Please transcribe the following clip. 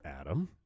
Adam